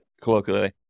colloquially